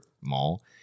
mall